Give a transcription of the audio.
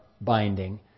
binding